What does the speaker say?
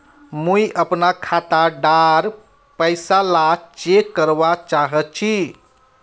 मुई अपना खाता डार पैसा ला चेक करवा चाहची?